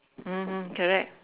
mmhmm correct